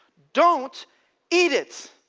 don't eat it.